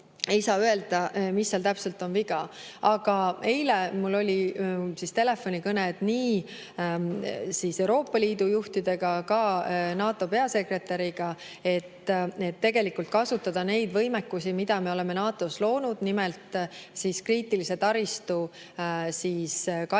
ei saa öelda, mis seal täpselt viga on. Eile mul olid telefonikõned nii Euroopa Liidu juhtidega kui ka NATO peasekretäriga, et tegelikult kasutada neid võimekusi, mida me oleme NATO‑s loonud, nimelt seda töörühma kriitilise taristu kaitsmiseks,